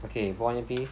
okay put on earpiece